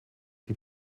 die